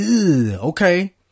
okay